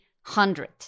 hundred